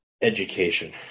education